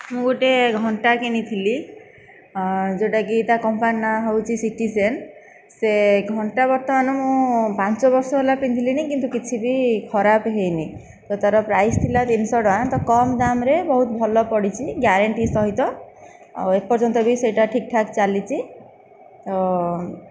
ମୁଁ ଗୋଟେ ଘଣ୍ଟା କିଣିଥିଲି ଯେଉଁଟାକି ତା କମ୍ପାନୀ ନାଁ ହେଉଛି ସିଟିସେନ ସେ ଘଣ୍ଟା ବର୍ତ୍ତମାନ ମୁଁ ପାଞ୍ଚ ବର୍ଷ ହେଲା ପିନ୍ଧିଲିଣି କିନ୍ତୁ କିଛି ବି ଖରାପ ହେଇନି ଓ ତା ର ପ୍ରାଇସ ଥିଲା ତିନି ଶହ ଟଙ୍କା ତ କମ୍ ଦାମରେ ବହୁତ ଭଲ ପଡିଛି ଗ୍ୟାରେଣ୍ଟି ସହିତ ଓ ଏପର୍ଯ୍ୟନ୍ତ ବି ସେଇଟା ଠିକ୍ ଠାକ୍ ଚାଲିଛି